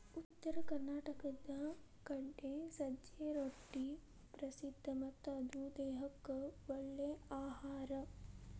ಉತ್ತರ ಕರ್ನಾಟಕದ ಕಡೆ ಸಜ್ಜೆ ರೊಟ್ಟಿ ಪ್ರಸಿದ್ಧ ಮತ್ತ ಇದು ದೇಹಕ್ಕ ಒಳ್ಳೇ ಅಹಾರಾ